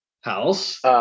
House